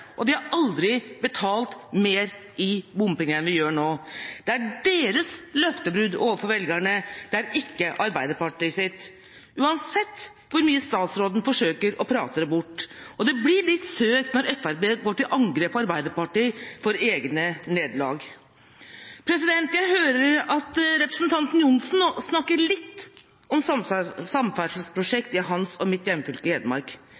og vi har aldri betalt mer i bompenger enn vi gjør nå. Det er deres løftebrudd overfor velgerne, det er ikke Arbeiderpartiets, uansett hvor mye statsråden forsøker å prate det bort. Det blir litt søkt når Fremskrittspartiet går til angrep på Arbeiderpartiet for egne nederlag. Jeg hører at representanten Johnsen snakker litt om samferdselsprosjekt i hans og mitt hjemfylke Hedmark,